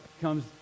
comes